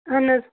اہن حظ